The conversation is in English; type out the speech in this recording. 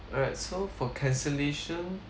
alright so for cancellation